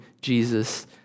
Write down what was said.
Jesus